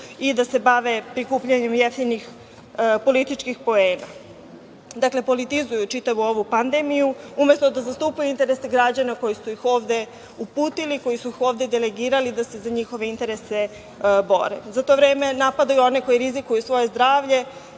i da se bave prikupljanjem jeftinih političkih poena. Dakle, politizuju čitavu ovu pandemiju, umesto da zastupaju interese građana koji su ih ovde uputili, koji su ih ovde delegirali da se za njihove interese bore. Za to vreme napadaju one koji rizikuju svoje zdravlje